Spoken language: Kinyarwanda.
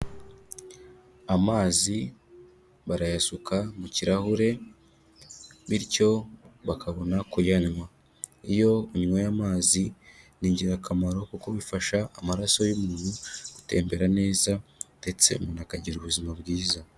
Amazi barayasuka mu kirahure, bityo bakabona kuyanywa, iyo unyweye amazi ni ingirakamaro kuko bifasha amaraso y'umuntu gutembera neza, ndetse umuntu akagira ubuzima bwiza.